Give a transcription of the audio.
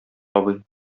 абый